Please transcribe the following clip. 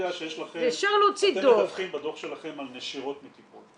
אפשר להוציא דוח -- אתם מדווחים בדוח שלכם על נשירות מטיפול,